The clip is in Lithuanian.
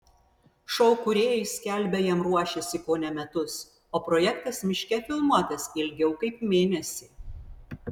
šou kūrėjai skelbia jam ruošęsi kone metus o projektas miške filmuotas ilgiau kaip mėnesį